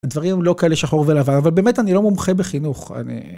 הדברים לא כאלה שחור ולבן אבל באמת אני לא מומחה בחינוך. אני...